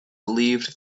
believed